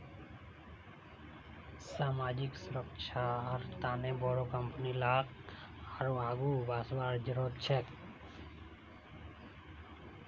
सामाजिक सुरक्षार तने बोरो कंपनी लाक आरोह आघु वसवार जरूरत छेक